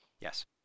Yes